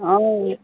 অঁ